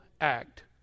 act